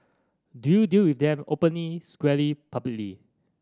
do you deal with them openly squarely publicly